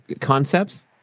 concepts